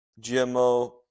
GMO